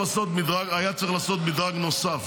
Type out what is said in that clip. היה צריך לעשות מדרג נוסף.